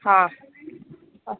हां आं